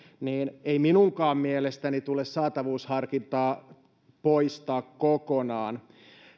niin ei minunkaan mielestäni tule saatavuusharkintaa poistaa kokonaan